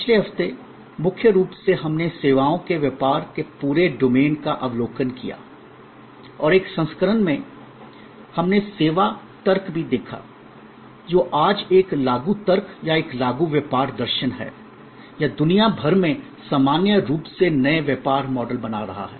पिछले हफ्ते मुख्य रूप से हमने सेवाओं के व्यापार के पूरे डोमेन का अवलोकन किया और एक संस्करण में हमने सेवा तर्क भी देखा जो आज एक लागू तर्क या एक लागू व्यापार दर्शन है यादुनिया भर में सामान्य रूप से नए व्यापार मॉडल बना रहा है